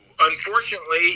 Unfortunately